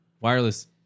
Wireless